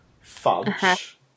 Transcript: fudge